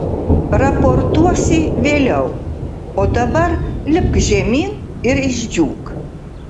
raportuosi vėliau o dabar lipk žemyn ir išdžiūk